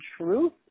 truth